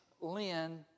Lynn